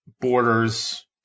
borders